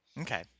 Okay